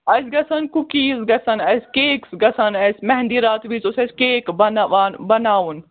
اَسہِ گَژھن کُکیٖز گَژھن اَسہِ کیکس گَژھان اَسہِ مہنٛدی راتھ وِز اوس اَسہِ کیک بَناوان بَناوُن